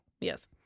Yes